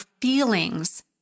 feelings